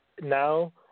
Now